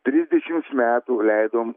trisdešims metų leidom